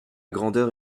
grandeur